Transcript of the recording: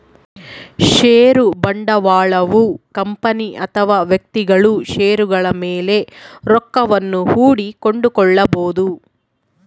ಷೇರು ಬಂಡವಾಳಯು ಕಂಪನಿ ಅಥವಾ ವ್ಯಕ್ತಿಗಳು ಷೇರುಗಳ ಮೇಲೆ ರೊಕ್ಕವನ್ನು ಹೂಡಿ ಕೊಂಡುಕೊಳ್ಳಬೊದು